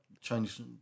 change